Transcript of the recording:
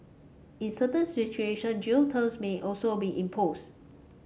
in certain situation jail terms may also be imposed